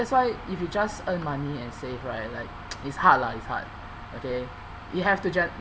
that's why if you just earn money and save right like it's hard lah it's hard okay you have to try